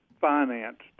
financed